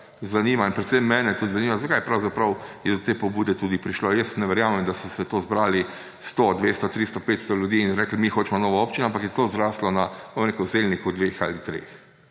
zanima, in predvsem mene tudi zanima, zakaj je pravzaprav do te pobude tudi prišlo. Jaz ne verjamem, da se je zbralo 100, 200, 300, 500 ljudi in reklo – mi hočemo novo občino; ampak je to zraslo na zelniku dveh ali treh,